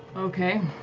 okay.